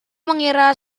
mengira